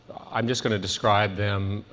i'm just going to describe them.